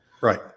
Right